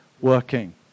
working